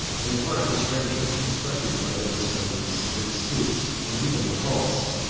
an impartial stranger, instructed by their discoveries, their disputes, and even their faults,